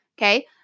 Okay